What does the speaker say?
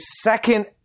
second